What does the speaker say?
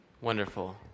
Wonderful